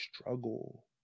struggle